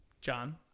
John